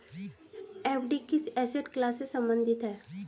FD किस asset class से संबंधित है?